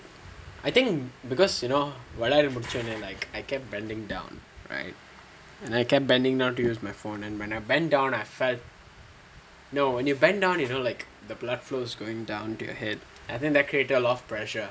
I think because you know விளையாடி முடிச்ச உடனே:vilaiyaadi mudicha udanae like I kept bending down right I kept bending down to use my phone and when I bend down I no you when you bend down you know like the blood flows going down your head and then your back feel a lot of pressure